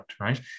right